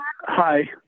Hi